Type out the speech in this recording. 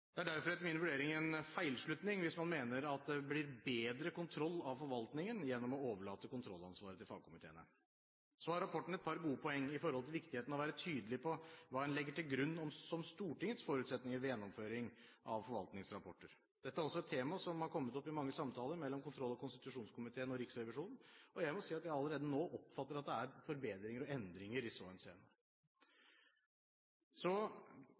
Det er derfor etter min vurdering en feilslutning hvis man mener at det blir bedre kontroll av forvaltningen gjennom å overlate kontrollansvaret til fagkomiteene. Så har rapporten et par gode poeng når det gjelder viktigheten av å være tydelig på hva en legger til grunn som Stortingets forutsetninger ved gjennomføring av forvaltningsrapporter. Dette er også et tema som har kommet opp i mange samtaler mellom kontroll- og konstitusjonskomiteen og Riksrevisjonen, og jeg må si at jeg allerede nå oppfatter at det er forbedringer og endringer i